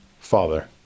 Father